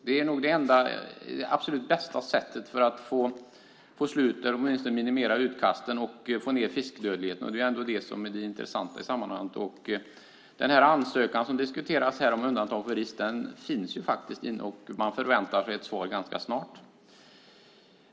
Det är nog det absolut bästa sättet att åtminstone minimera utkasten och få ned fiskdödligheten, och det är ju det som är det intressanta i sammanhanget. Ansökan om undantaget för rist har faktiskt redan lämnats in, och man väntar sig ett svar ganska snart.